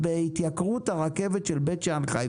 הרפורמה.